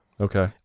Okay